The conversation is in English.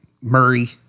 murray